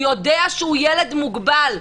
הוא יודע שהוא ילד מוגבל,